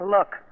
Look